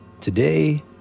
Today